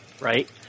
right